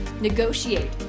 negotiate